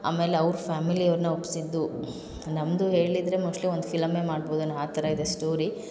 ಆಮೇಲೆ ಅವ್ರ ಫ್ಯಾಮಿಲಿಯವ್ರ್ನ ಒಪ್ಪಿಸಿದ್ದು ನಮ್ಮದು ಹೇಳಿದರೆ ಮೋಸ್ಟ್ಲಿ ಒಂದು ಫಿಲಮ್ಮೇ ಮಾಡ್ಬೋದೇನೋ ಆ ಥರ ಇದೆ ಸ್ಟೋರಿ